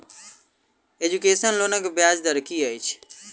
Education लोनक ब्याज दर की अछि?